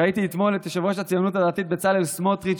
ראיתי אתמול את יושב-ראש הציונות הדתית בצלאל סמוטריץ'